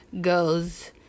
goes